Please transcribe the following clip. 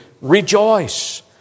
Rejoice